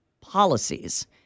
policies